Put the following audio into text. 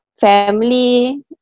family